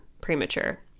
premature